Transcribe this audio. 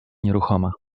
nieruchoma